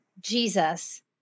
Jesus